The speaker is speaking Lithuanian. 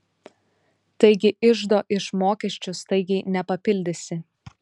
taigi iždo iš mokesčių staigiai nepapildysi